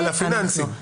זה בדיוק זה.